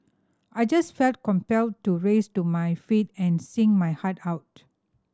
I just felt compelled to rise to my feet and sing my heart out